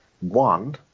One